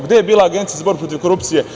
Gde je bila Agencija za borbu protiv korupcije?